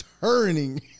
turning